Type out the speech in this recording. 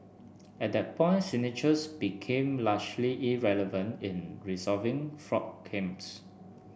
at that point signatures became largely irrelevant in resolving fraud claims